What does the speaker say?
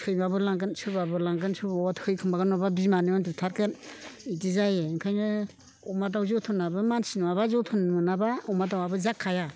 सैमाबो लांगोन सोरबाबो लांगोन सोरबाबा थैखोमागोन अबेबा बिमायानो उन्दुथारगोन बिदि जायो ओंखायनो अमा दाउ जोथोनाबो मानसि नङाबा जोथोन मोनाबा अमा दाउआबो जाखाया